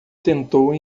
tentou